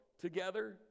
together